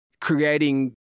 creating